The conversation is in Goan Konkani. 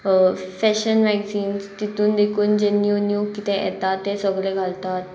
फॅशन मॅगझिन्स तितून देखून जे न्यू न्यू कितें येता ते सगले घालतात